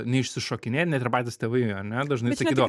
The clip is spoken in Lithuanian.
neišsišokinėt net ir patys tėvai ar ne dažnai sakydavo